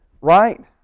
right